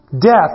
Death